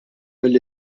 mill